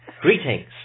Greetings